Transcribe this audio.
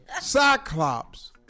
Cyclops